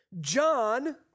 John